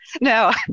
No